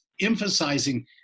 emphasizing